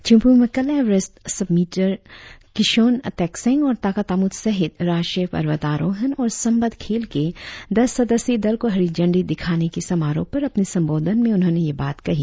चिम्पू में कल Everest summiter Kishon Tekseng और ताका तामुत सहित राष्ट्रीय पर्वतारोहण और संबंद्व खेल के दस सदस्यी दल को हरी झंडी दिखाने के समारोह पर अपने संबोधन ने उन्होंने यह बात कही